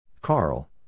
Carl